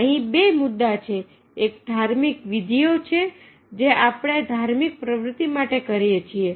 અહીં બે મુદ્દાઓ છે એક ધાર્મિક વિધિઓ છે જે આપણે ધાર્મિક પ્રવૃત્તિ માટે કરી છીએ